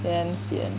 damn sian